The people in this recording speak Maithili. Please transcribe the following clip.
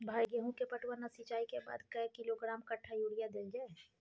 भाई गेहूं के पटवन आ सिंचाई के बाद कैए किलोग्राम कट्ठा यूरिया देल जाय?